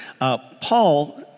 Paul